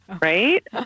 Right